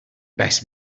best